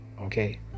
okay